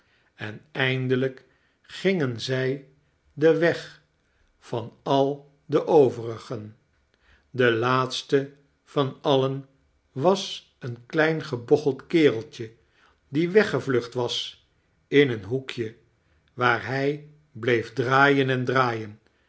en eindelijk gingen zg den weg van al de overigen de laatste van alien was een klein gebocheld kereltje die weggevlucht was in een hoekje waar hij bleef draaien en draaien